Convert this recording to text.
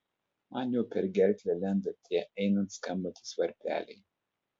man jau per gerklę lenda tie einant skambantys varpeliai